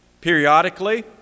periodically